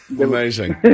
amazing